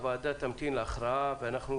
הוועדה תמתין להכרעה בנושא.